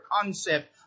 concept